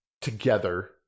together